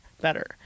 better